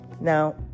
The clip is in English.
Now